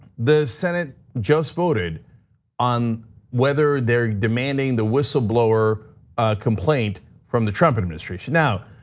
the senate just voted on whether they're demanding the whistleblower complaint from the trump administration. now,